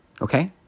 okay